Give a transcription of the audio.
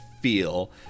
feel